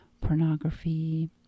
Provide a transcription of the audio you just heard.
pornography